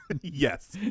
Yes